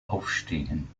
aufstehen